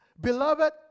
Beloved